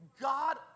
God